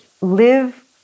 live